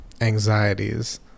anxieties